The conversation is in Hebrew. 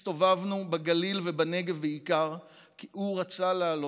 הסתובבנו בעיקר בגליל ובנגב, כי הוא רצה לעלות.